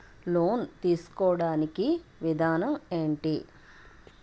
Loan తీసుకోడానికి విధానం ఏంటి?